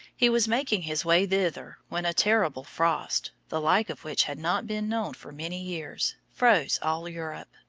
he was making his way thither when a terrible frost, the like of which had not been known for many years, froze all europe.